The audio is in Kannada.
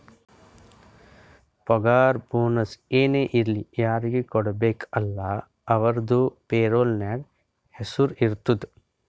ಪಗಾರ ಬೋನಸ್ ಏನೇ ಇರ್ಲಿ ಯಾರಿಗ ಕೊಡ್ಬೇಕ ಅಲ್ಲಾ ಅವ್ರದು ಪೇರೋಲ್ ನಾಗ್ ಹೆಸುರ್ ಇರ್ತುದ್